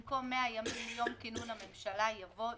במקום "100 ימים מיום כינון הממשלה" יבוא: